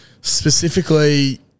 Specifically